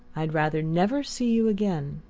i'd rather never see you again